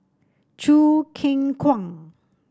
Choo Keng Kwang